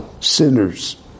sinners